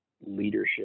leadership